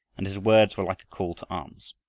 and his words were like a call to arms.